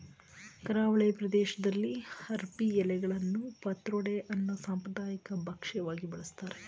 ಕರಾವಳಿ ಪ್ರದೇಶ್ದಲ್ಲಿ ಅರ್ಬಿ ಎಲೆಗಳನ್ನು ಪತ್ರೊಡೆ ಅನ್ನೋ ಸಾಂಪ್ರದಾಯಿಕ ಭಕ್ಷ್ಯವಾಗಿ ಬಳಸ್ತಾರೆ